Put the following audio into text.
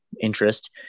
interest